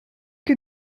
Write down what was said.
que